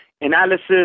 analysis